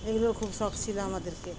এগুলোও খুব শখ ছিল আমাদেরকে